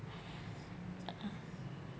ah